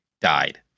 died